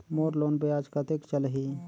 मोर loan ब्याज कतेक चलही?